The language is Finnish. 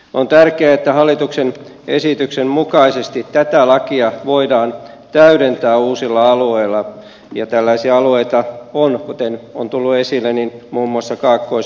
on tärkeää että hallituksen esityksen mukaisesti tätä lakia voidaan täydentää uusilla alueilla ja tällaisia alueita on kuten on tullut esille muun muassa kaakkois suomessa